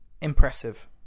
Impressive